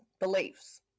beliefs